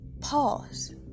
Pause